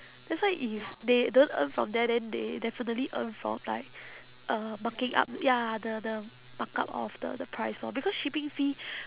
that's why if they don't earn from there then they definitely earn from like uh marking up ya the the markup of the the price lor because shipping fee